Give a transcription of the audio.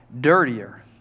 dirtier